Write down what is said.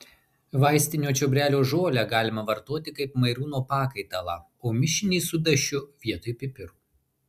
vaistinio čiobrelio žolę galima vartoti kaip mairūno pakaitalą o mišinį su dašiu vietoj pipirų